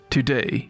Today